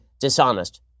dishonest